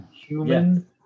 human